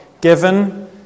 given